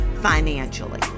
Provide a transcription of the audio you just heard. financially